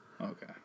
Okay